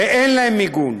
ואין להם מיגון.